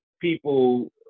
people